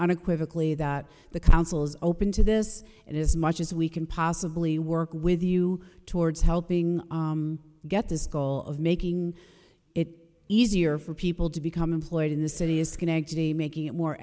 unequivocally that the council's open to this and as much as we can possibly work with you towards helping get this goal of making it easier for people to become employed in the city is schenectady making it more